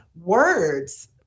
words